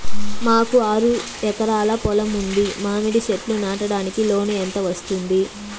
మాకు ఆరు ఎకరాలు పొలం ఉంది, మామిడి చెట్లు నాటడానికి లోను ఎంత వస్తుంది?